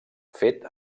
fet